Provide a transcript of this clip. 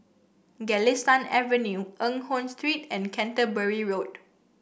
Galistan Avenue Eng Hoon Street and Canterbury Road